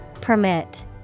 Permit